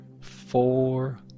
Four